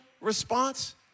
response